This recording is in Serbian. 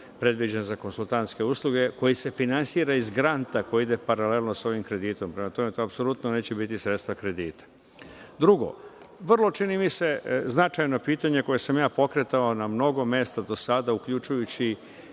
predviđen za konsultantske usluge, koji se finansira iz granta koji ide paralelno sa ovim kreditom, prema tome, to apsolutno neće biti sredstva kredita. Drugo vrlo, čini mi se, značajno pitanje koje sam pokretao na mnogo mesta do sada uključujući